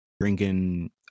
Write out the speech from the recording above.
drinking